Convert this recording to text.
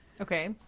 Okay